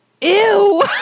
Ew